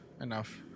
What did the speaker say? enough